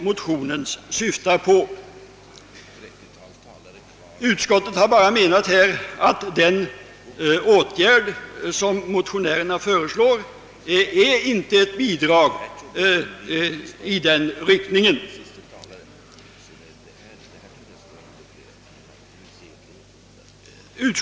Utskottet har emellertid ansett att de åtgärder som motionärerna föreslår inte utgör några bidrag till en lösning.